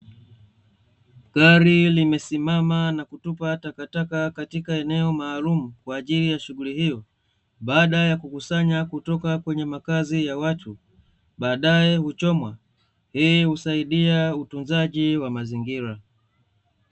Gari limesimama na kutupa takataka katika eneo maalumu kwa ajili ya shughuli hiyo, baada ya kukusanya kutoka kwenye makazi ya watu, baadaye huchomwa. Hii husaidia utunzaji wa mazingira.